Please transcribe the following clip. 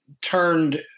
turned